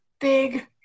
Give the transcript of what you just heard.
big